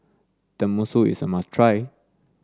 Tenmusu is a must try